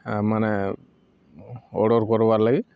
ମାନେ ଅର୍ଡ଼ର୍ କର୍ବାର୍ ଲାଗି